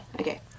okay